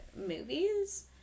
movies